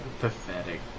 Pathetic